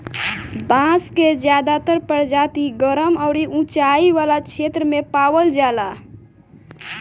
बांस के ज्यादातर प्रजाति गरम अउरी उचाई वाला क्षेत्र में पावल जाला